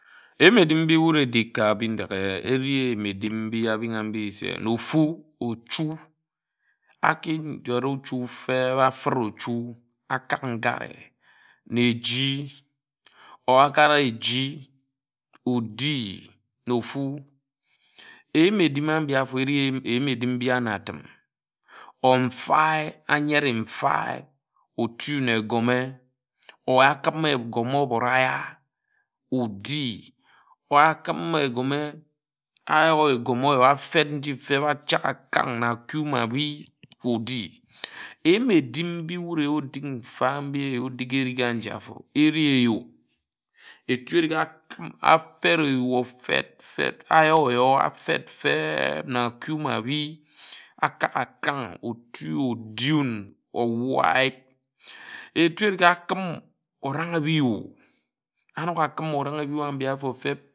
Ayim edim mbi wud edik ka Bindeghe ebi eyim edim mbi abinā mbing se na ofu ochu aki njore ochu feb afid ochu akāk ngare na ejhi or okare ejhi odi na ofu eyim edim ábi afor ari eyim edim eri na atim or mfae ayere mfae ōtu na egome or akim egȯme oyok egȯme ȯyor afed nji fed ajāk akańg na akú ma ábî odi eyim edim mbi wure wud tik mfa mbi wud tik mfa mbi wud tik edik aji áfor eri eyú afed eyū fed fed áyor ayor afed fed fed na akū ma ábi akāk akan̄g oduk odi wun owor ayip etú ta akim orang bi'yú anok akim orang bi' yú afor feb.